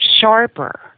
sharper